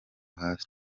hasi